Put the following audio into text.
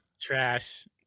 Trash